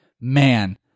man